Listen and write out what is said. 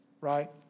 right